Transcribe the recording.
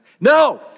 No